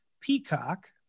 Peacock